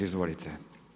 Izvolite.